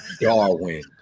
Darwin